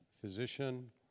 physician